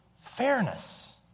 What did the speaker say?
fairness